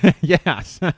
Yes